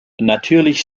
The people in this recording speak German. natürlich